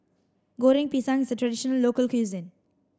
Goreng Pisang is a tradition local cuisine